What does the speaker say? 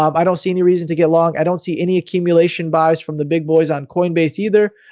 um i don't see any reason to get along. i don't see any accumulation buys from the big boys on coinbase either,